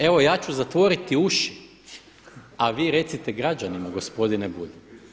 Evo ja ću zatvoriti uši, a vi recite građanima gospodine Bulj.